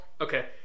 okay